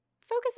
focus